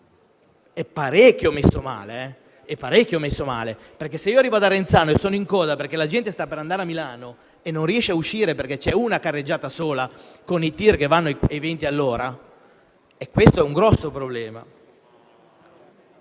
è parecchio messo male. Se arrivo ad Arenzano e sono in coda perché la gente sta per andare a Milano, e non riesce a uscire perché c'è una sola carreggiata con i tir che vanno a 20 all'ora, questo è un grosso problema.